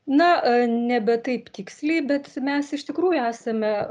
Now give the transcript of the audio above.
na a nebe taip tiksliai bet mes iš tikrųjų esame